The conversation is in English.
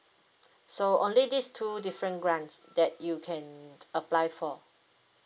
so only this two different grants that you can apply for